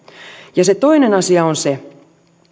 ja se toinen asia on se